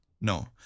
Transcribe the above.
No